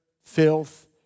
filth